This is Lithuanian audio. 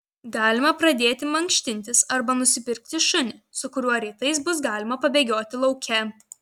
galima pradėti mankštintis arba nusipirkti šunį su kuriuo rytais bus galima pabėgioti lauke